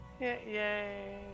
Yay